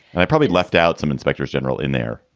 i probably left out some inspectors general in there,